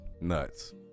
Nuts